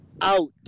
out